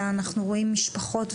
ואנחנו רואים משפחות,